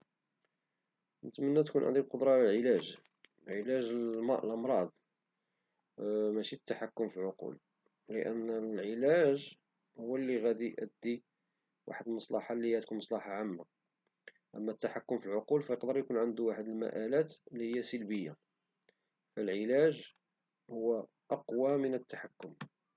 أتمنى تكون عندي القدرة على العلاج علاج الأمراض ماشي التحكم في العقول لأن العلاج هو اللي غادي يأدي واحد المصلحة لي هي مصلحة عامة أما التحكم في العقول فيقدر يكون عندو واحد المقالات لي هي سلبية فالعلاج هو أقوى من التحكم